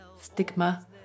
stigma